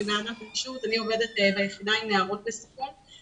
אני עובדת ביחידה עם נערות בסיכון.